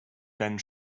deinen